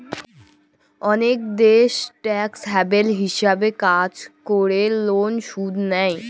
অলেক দ্যাশ tax haven হিছাবে কাজ ক্যরে লন শুধ লেই